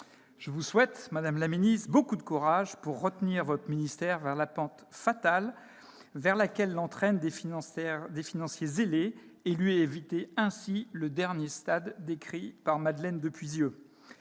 Je vous souhaite donc, madame la ministre, beaucoup de courage pour retenir votre ministère dans la pente fatale vers laquelle l'entraînent des financiers zélés et lui éviter ainsi le dernier stade décrit par Madeleine de Puisieux.